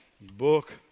book